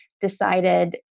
decided